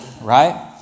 right